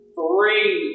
three